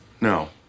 No